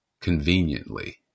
conveniently